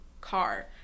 car